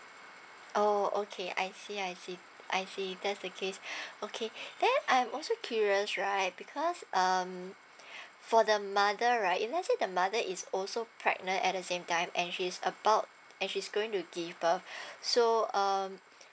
orh okay I see I see I see if that's the case okay then I'm also curious right because um for the mother right if let say the mother is also pregnant at the same time and she's about and she's going to give birth so um